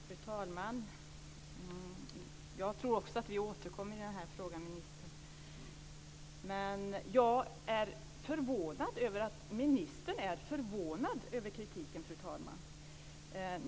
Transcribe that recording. Fru talman! Jag tror också att vi återkommer i den här frågan, ministern. Jag är förvånad över att ministern är förvånad över kritiken, fru talman.